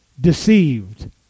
deceived